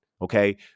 Okay